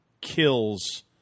kills